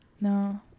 No